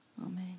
Amen